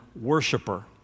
worshiper